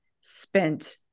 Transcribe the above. spent